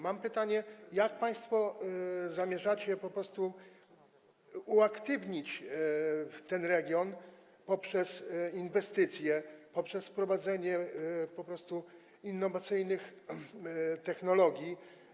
Mam takie pytanie: Jak państwo zamierzacie po prostu uaktywnić ten region poprzez inwestycje, poprzez wprowadzenie innowacyjnych technologii?